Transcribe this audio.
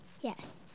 Yes